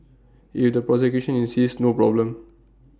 if the prosecution insists no problem